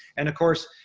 and of course,